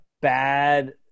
bad